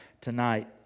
tonight